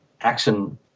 action